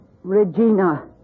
Regina